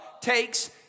takes